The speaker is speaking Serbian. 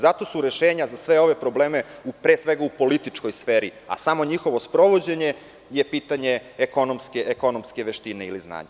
Zato su rešenja za sve ove probleme pre svega u političkoj sferi, a samo njihovo sprovođenje je pitanje ekonomske veštine ili znanja.